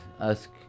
ask